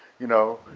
you know,